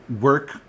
work